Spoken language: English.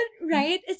right